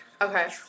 Okay